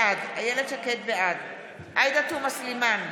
בעד עאידה תומא סלימאן,